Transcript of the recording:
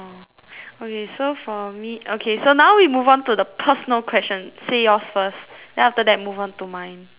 okay so for me okay so now we move on to the personal question say yours first then after that move on to mine